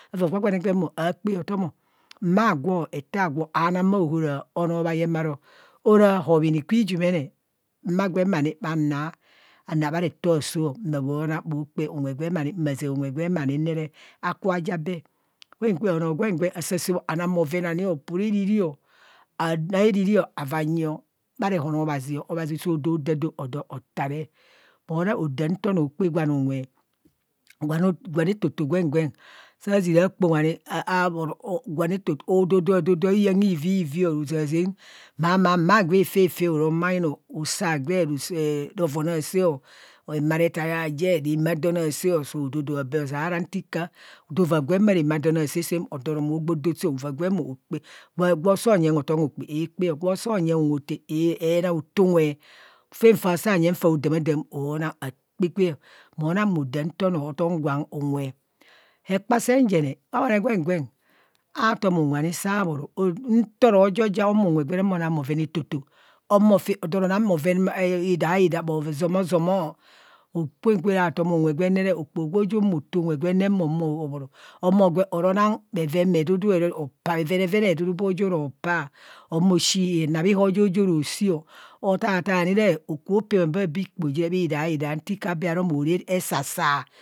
Aava gwagwane gwem ọ aakpa otom, mma agwo, ete agwo, aana bha ahora, bhanoo bhaye bharo ora hobhinii kwi jumene mma gwem aro bha naa bha neto asoo ma bho kpaa unwe gwem ani o ma zaa unwe gwem ma ni re aku kha ja bee. Kwen kwen anoo gwen gwen asaa ɛaa bho ana bhoven onio poraa arini o ana ariri ovaa anyi ọ bha rehọn obhazio, obbazi soo do dado odọ ta re, mo na odam nta onọọ okpa gwan unwe. Gwen etoto gwen gwen ɛaa zira kpaa unwe ani saa bhoro ododoo dodaa hiyeng hivii hivii maa maa mma gwe efea fe hora omaen usa gwe, rovan asaa o emaretai aye, ramaa don aa seo so dodoa bee ozeeara nti ka odo vaa gwen ma ramaq don aasaa saam odo no mo gbo do saa, ova gwemo okpa. Gwo soo, nyeng hotom hokpe, aakpa, gwo soo nyeng unwe hotae eana ataa unwe. Fen fa saa nyong fao damadam oo na akpa fao. Mo na mo dam nta onoo atom gwem unwe. Hekpa sen jene, gwa gwane gwen gwen aaton unwe ani saa bhere. Ntoro jo ja ohuma unwe gwene mo nang bhoven etoto, ohumo gwe mo ro na bhove idaida, zamo zamo, okpa gwe okpoho kwo jo humu mo taa unwe gwen ne mo bharo, ohumo gwe oro na bhoven bhe dudu o. Opaa bhevenevene bhedudu bho ji ro paa ohumo shii bhenabhe ihoo jo jo ro shii o, ataa taa ani re okubho pema ababee ikpoho ọ ji re bhi daidaa ntike bharo mo ra hesasa